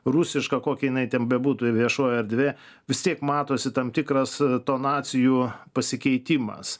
rusišką kokia jinai ten bebūtų viešoji erdvė vis tiek matosi tam tikras tonacijų pasikeitimas